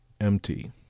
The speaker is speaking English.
empty